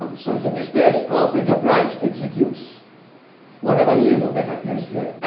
so, in this case when the branch executes whatever label that appears here